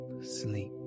sleep